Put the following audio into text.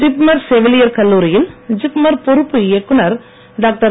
ஜிப்மர் செவிலியர் கல்லூரியில் ஜிப்மர் பொறுப்பு இயக்குனர் டாக்டர்